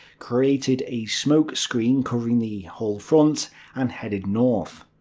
created a smoke screen covering the whole front and headed north.